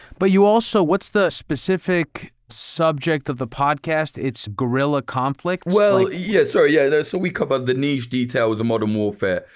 but you also, what's the specific subject of the podcast? it's guerilla conflicts. well, yeah. so yeah. so we cover the niche details of modern warfare.